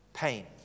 Pain